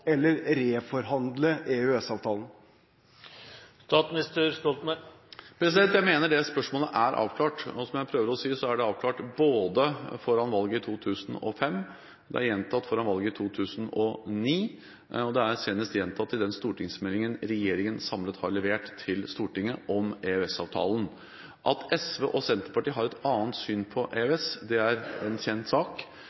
eller reforhandle EØS-avtalen? Jeg mener det spørsmålet er avklart. Som jeg prøver å si, ble det avklart foran valget i 2005, det ble gjentatt foran valget i 2009, og det ble senest gjentatt i den stortingsmeldingen regjeringen samlet har levert til Stortinget om EØS-avtalen. At SV og Senterpartiet har et annet syn på